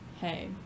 hey